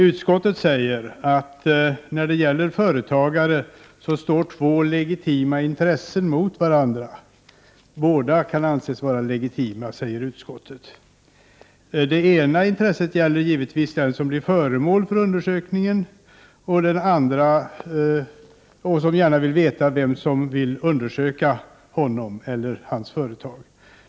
Utskottet säger att när det gäller företagare så står två legitima intressen mot varandra. Det ena intresset gäller givetvis den som blir föremål för undersökningen och som gärna vill veta vem som vill undersöka honom eller hans företag.